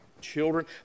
children